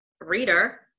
reader